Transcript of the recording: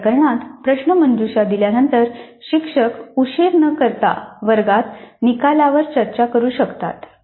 या प्रकरणात प्रश्नमंजुषा दिल्यानंतर शिक्षक उशीर न करता वर्गात निकालांवर चर्चा करू शकतात